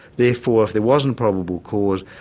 therefore if there wasn't probable cause,